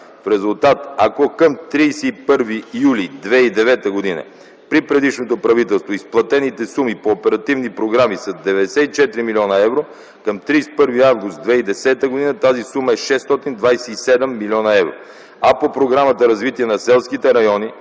В резултат, ако към 31 юли 2009 г. при предишното правителство изплатените суми по оперативни програми са 94 млн. евро, към 31 август 2010 г. тази сума е 627 млн. евро, а по Програмата за развитие на селските райони